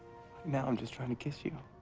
now i'm just trying to kiss you.